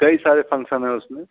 कई सारे फंक्शन हैं उसमे